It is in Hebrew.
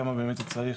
כמה באמת צריך,